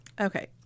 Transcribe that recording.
Okay